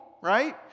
right